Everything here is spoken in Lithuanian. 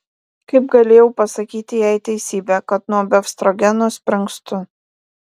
kaip galėjau pasakyti jai teisybę kad nuo befstrogeno springstu